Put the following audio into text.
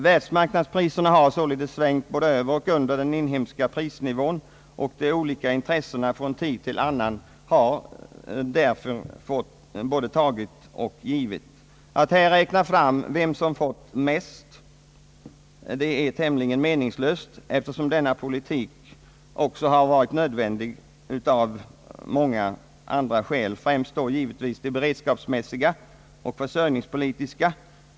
Världsmarknadspriserna har således svängt både över och under den inhemska prisnivån och de olika intressena från tid till annan har därför både tagit och givit. Att här räkna fram vem som fått mest är tämligen meningslöst, eftersom denna politik också har varit nödvändig av många andra skäl, främst då givetvis de beredskapsmässiga och försörjningspolitiska.